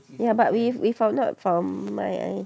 ya but we we found out from my